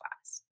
class